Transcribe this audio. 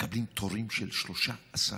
מקבלים תורים של 13 חודשים,